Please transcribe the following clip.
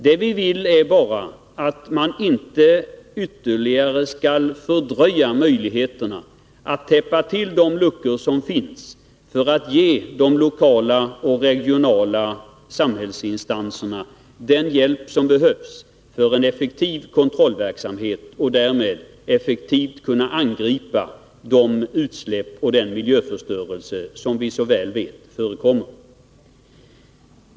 Det vi vill är bara att man inte ytterligare skall fördröja möjligheterna att täppa till de luckor som finns, utan ge de lokala och regionala samhällsinstanserna den hjälp som behövs för en effektiv kontrollverksamhet, för att därmed effektivt kunna angripa de utsläpp och den miljöförstörelse som vi så väl vet förekommer.